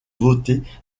voter